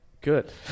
good